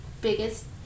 biggest